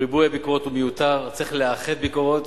ריבוי הביקורות הוא מיותר, צריך לאחד ביקורות.